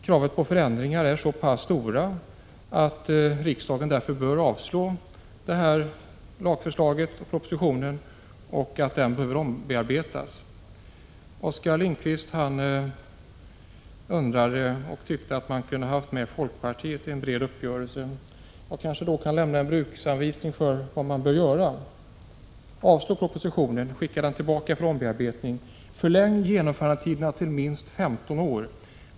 Kraven på förändringar är så stora att riksdagen därför bör avslå propositionen, som bör omarbetas. Oskar Lindkvist tyckte att man borde ha kunnat träffa en bred uppgörelse med folkpartiet. Jag kanske då kan lämna en bruksanvisning för vad man i så fall bör göra: Avslå propositionen, skicka den tillbaka för omarbetning. Förläng genomförandetiderna till minst 15 år.